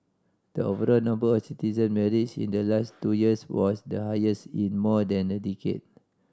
the overall number of citizen marriage in the last two years was the highest in more than a decade